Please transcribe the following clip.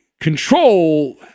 control